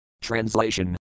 Translation